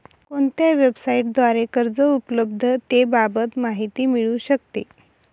कोणत्या वेबसाईटद्वारे कर्ज उपलब्धतेबाबत माहिती मिळू शकते?